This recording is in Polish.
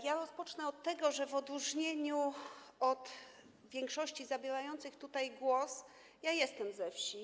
Ja rozpocznę od tego, że w odróżnieniu od większości zabierających tutaj głos jestem ze wsi.